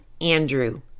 Andrew